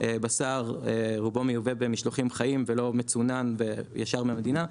בשר רובו מיובא במשלוחים חיים ולא מצונן וישר מהמדינה,